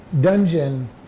dungeon